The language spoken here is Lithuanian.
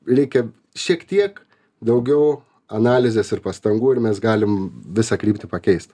reikia šiek tiek daugiau analizės ir pastangų ir mes galim visą kryptį pakeist